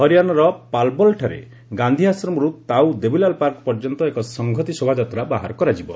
ହରିଆଣାର ପାଲବଲ୍ଠାରେ ଗାନ୍ଧି ଆଶ୍ରମରୁ ତାଉ ଦେବୀଲାଲ୍ ପାର୍କ ପର୍ଯ୍ୟନ୍ତ ଏକ ସଂହତି ଶୋଭାଯାତ୍ରା ବାହାର କରାଯିବ